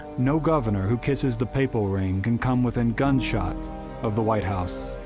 no governor who kisses the papal ring can come within gunshot of the white house.